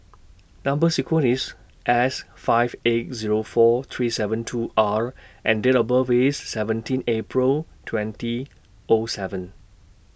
Number sequence IS S five eight Zero four three seven two R and Date of birth IS seventeen April twenty O seven